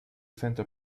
centro